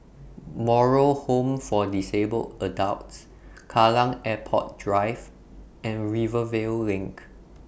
Moral Home For Disabled Adults Kallang Airport Drive and Rivervale LINK